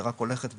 שרק הולכת וגדלה.